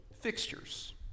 fixtures